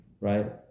right